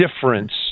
difference